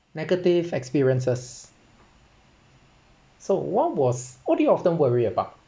negative experiences so what was what do you often worry about